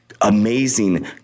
amazing